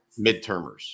midtermers